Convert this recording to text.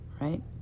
right